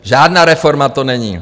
Žádná reforma to není.